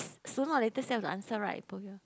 sooner or later still have to understand right I told you